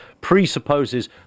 presupposes